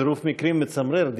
צירוף מקרים מצמרר.